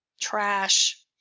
trash